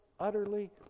Utterly